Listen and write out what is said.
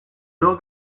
nor